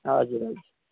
हजुर हजुर